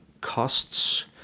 costs